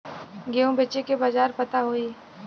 गेहूँ बेचे के बाजार पता होई?